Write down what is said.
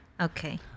Okay